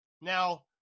now